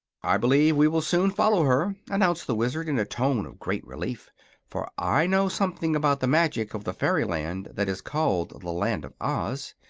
i believe we will soon follow her, announced the wizard, in a tone of great relief for i know something about the magic of the fairyland that is called the land of oz.